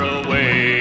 away